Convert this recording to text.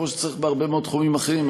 כמו בהרבה מאוד תחומים אחרים.